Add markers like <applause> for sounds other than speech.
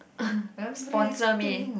<breath> sponsor me